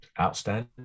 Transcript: outstanding